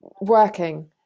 working